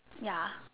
ya